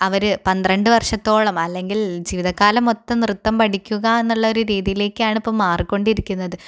അവര് പന്ത്രണ്ട് വർഷത്തോളം അല്ലങ്കിൽ ജീവിതകാലം മൊത്തം നൃത്തം പഠിക്കുക എന്നുള്ളൊരു രീതിയിലേക്കാണ് ഇപ്പം മാറിക്കൊണ്ടിരിക്കുന്നത്